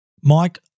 Mike